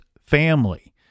family